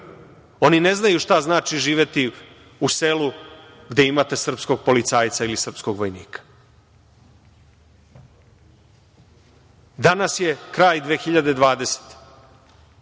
Oni ne znaju šta znači živeti u selu gde imate srpskog policajca ili srpskog vojnika. Danas je kraj 2020.